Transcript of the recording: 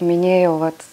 minėjau vat